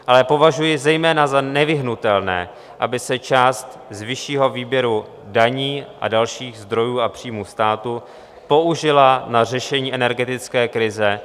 Ale považuji zejména za nevyhnutelné, aby se část z vyššího výběru daní a dalších zdrojů a příjmů státu použila na řešení energetické krize.